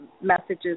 messages